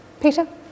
Peter